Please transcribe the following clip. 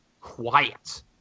quiet